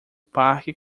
parque